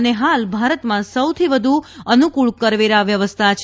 અને હાલ ભારતમાં સૌથી વધુ અનુકુળ કરવેરા વ્યવસ્થા છે